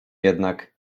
jednak